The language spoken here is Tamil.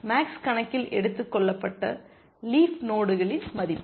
மேக்ஸ் கணக்கில் எடுத்துக் கொள்ளப்பட்ட லீஃப் நோடுகளின் மதிப்பு